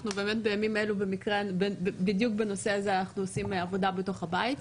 אנחנו באמת בימים אלה בדיוק הנושא הזה עושים עבודה בתוך הבית.